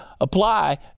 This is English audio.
apply